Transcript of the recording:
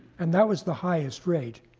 and that was the highest rate.